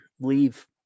leave